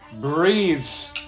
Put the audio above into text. breathes